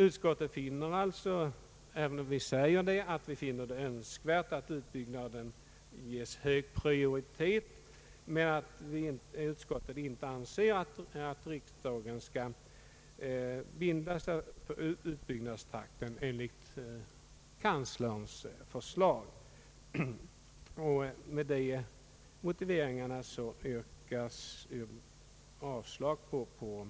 Utskottet finner det önskvärt att utbyggnaden ges hög prioritet men anser att riksdagen inte skall binda sig för en utbyggnadstakt enligt kanslerns förslag. Med dessa motiveringar yrkas avslag på